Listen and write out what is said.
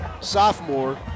Sophomore